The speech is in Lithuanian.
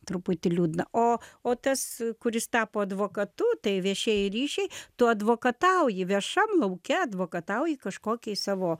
truputį liūdna o o tas kuris tapo advokatu tai viešieji ryšiai tu advokatauji viešam lauke advokatauji kažkokiai savo